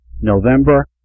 November